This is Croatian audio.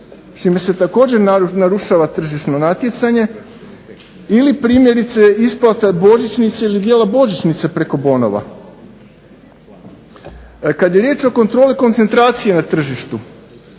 čime se također narušava tržišno natjecanje ili primjerice isplata božićnice ili dijela božićnice preko bonova. Kada je riječ o kontroli koncentracije na tržištu,